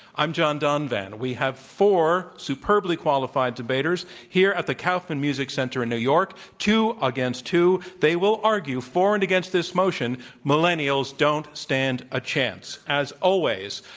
i'm john donvan. we have four superbly qualified debaters here at the kaufman music center in new york, two against two. they will argue for and against this motion millennials don't stand a chance. as always,